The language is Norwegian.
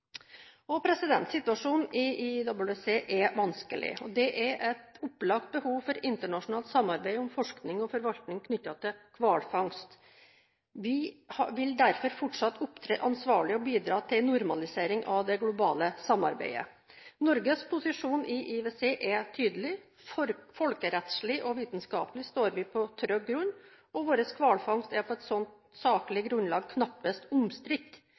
Situasjonen i IWC er vanskelig. Det er et opplagt behov for internasjonalt samarbeid om forskning og forvaltning knyttet til hvalfangst. Vi vil derfor fortsatt opptre ansvarlig og bidra til en normalisering av det globale samarbeidet. Norges posisjon i IWC er tydelig. Folkerettslig og vitenskaplig står vi på trygg grunn, og vår hvalfangst er på et slikt saklig grunnlag knapt omstridt.